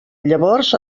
llavors